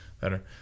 Better